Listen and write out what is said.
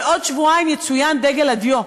בעוד שבועיים יצוין דגל הדיו,